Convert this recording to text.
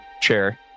chair